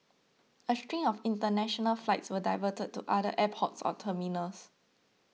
a string of international flights were diverted to other airports or terminals